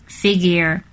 figure